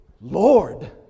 lord